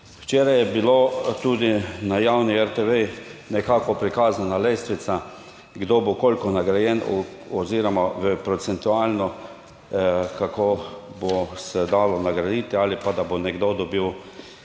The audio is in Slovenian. Včeraj je bilo tudi na javni RTV nekako prikazana lestvica kdo bo koliko nagrajen oziroma procentualno, kako bo se dalo nagraditi, ali pa, da bo nekdo dobil